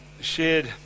shared